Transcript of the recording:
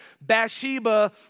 Bathsheba